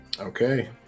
Okay